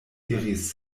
diris